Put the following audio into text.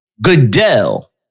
Goodell